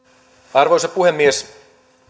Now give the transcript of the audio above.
arvoisa puhemies